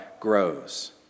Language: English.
Grows